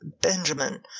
Benjamin